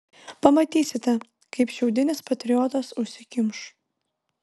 pamatysite kaip šiaudinis patriotas užsikimš